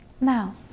Now